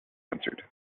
answered